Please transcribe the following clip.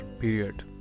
period